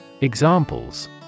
Examples